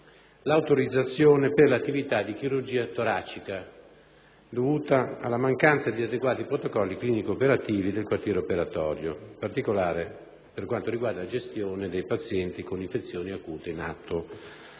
l'autorizzazione per l'attività di chirurgia toracica, dovuta alla mancanza di adeguati protocolli clinico operativi del quartiere operatorio, in particolare per quanto riguarda la gestione dei pazienti con infezioni acute in atto.